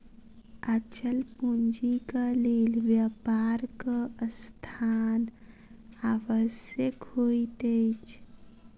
अचल पूंजीक लेल व्यापारक स्थान आवश्यक होइत अछि